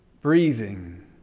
breathing